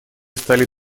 стали